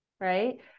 Right